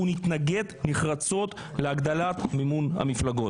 אנחנו נתנגד נחרצות להגדלת מימון המפלגות.